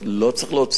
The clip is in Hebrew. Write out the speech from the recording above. לא צריך להוציא,